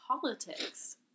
politics